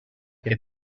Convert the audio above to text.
què